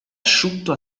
asciutto